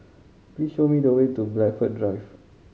please show me the way to Blandford Drive